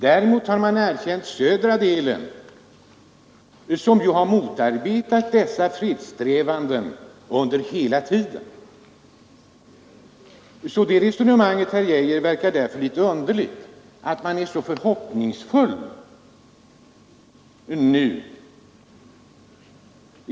Däremot har Sverige erkänt södra delen, som ju har motarbetat dessa fredssträvanden under hela tiden. Därför, herr Geijer, verkar det litet underligt när man nu säger sig vara så förhoppningsfull.